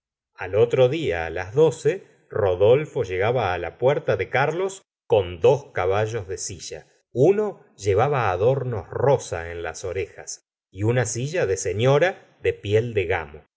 al otro día á las doce rodolfo llegaba la puerta de carlos con dos caballos de silla uno llevaba adornos rosa en las orejas y una silla de sefiora d e piel de gamo